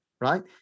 Right